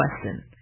question